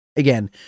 Again